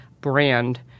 brand